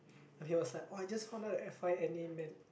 then he was like oh I just found out the F_Y_N_A meant